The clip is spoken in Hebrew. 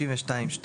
62(2)